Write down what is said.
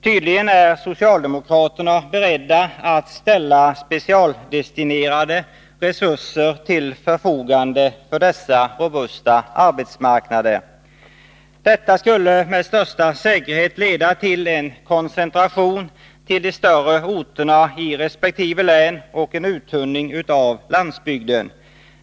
Tydligen är socialdemokraterna beredda att ställa specialdestinerade resurser till förfogande för dessa robusta arbetsmarknader. Detta skulle med största säkerhet leda till en koncentration till de större orterna i resp. län och en uttunning av landsbygden.